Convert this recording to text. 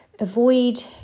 avoid